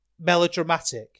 melodramatic